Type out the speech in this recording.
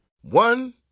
One